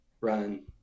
run